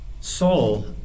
Saul